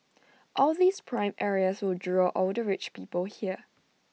all these prime areas will draw all the rich people here